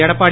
Edappadi